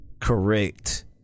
correct